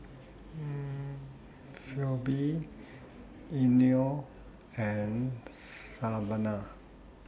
Phebe Eino and Savanah